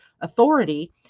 authority